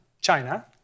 China